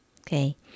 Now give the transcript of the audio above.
okay